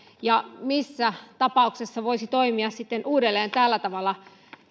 ja missä tapauksessa voisi toimia sitten uudelleen tällä tavalla